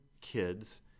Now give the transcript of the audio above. kids